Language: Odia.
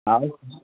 ଆଉ